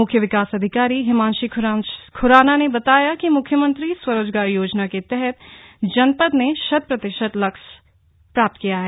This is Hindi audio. मुख्य विकास अधिकारी हिमांशी खुराना ने बताया कि मुख्यमंत्री स्वरोजगार योजना के तहत जनपद ने शत प्रतिशत लक्ष्य प्राप्त किया है